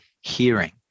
Hearing